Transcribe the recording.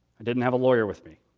i didn't have a lawyer with me.